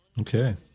Okay